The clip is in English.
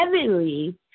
heavily